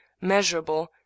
measurable